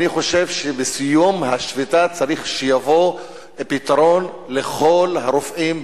אני חושב שבסיום השביתה צריך שיבוא פתרון לכל הרופאים,